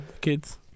kids